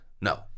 No